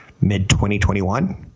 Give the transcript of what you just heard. mid-2021